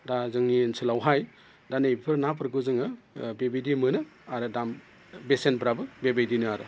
दा जोंनि ओनसोलावहाय दा नैबेफोर नाफोरखौ जोङो बेबायदि मोनो आरो दाम बेसेनफ्राबो बेबायदिनो आरो